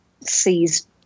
sees